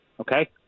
okay